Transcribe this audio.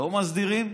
לא מסדירים?